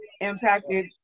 impacted